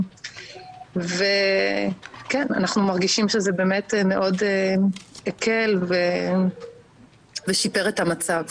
אנחנו מרגישים שזה באמת מאוד הקל ושיפר את המצב.